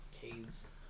caves